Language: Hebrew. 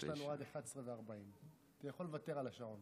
יש לנו עד 23:40. אתה יכול לוותר על השעון.